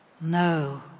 No